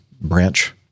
branch